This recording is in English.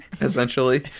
essentially